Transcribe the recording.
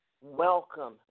welcome